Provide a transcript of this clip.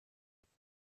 yes